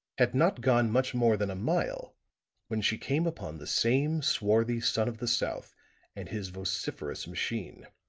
had not gone much more than a mile when she came upon the same swarthy son of the south and his vociferous machine.